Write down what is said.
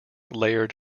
layered